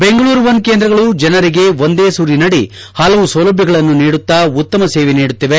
Bengaluru one ಕೇಂದ್ರಗಳು ಜನರಿಗೆ ಒಂದೇ ಸೂರಿನಡಿ ಪಲವು ಸೌಲಭ್ಯಗಳನ್ನು ನೀಡುತ್ತಾ ಉತ್ತಮ ಸೇವೆ ನೀಡುತ್ತಿದೆ